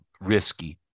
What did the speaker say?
risky